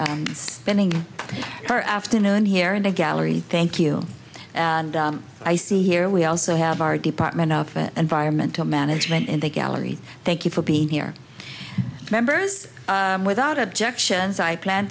spending our afternoon here in the gallery thank you and i see here we also have our department of environmental management in the gallery thank you for being here members without objections i plan